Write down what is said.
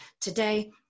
today